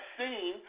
seen